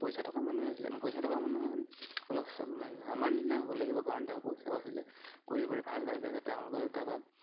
পইচা টকা মানুহে আছিলে পইচা টকা মানুহে মানে অলপ আমাৰ নিচিনা হ'ব লাগিব কাৰণ তেওঁৰ পইচাও আছিলে ঘূৰি ফুৰি ভাল পাই যাতে তেওঁলোকৰ তাৰপা